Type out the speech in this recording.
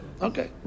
Okay